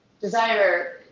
desire